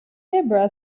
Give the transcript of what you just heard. debra